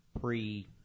pre